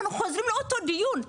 אנחנו חוזרים לאותו דיון,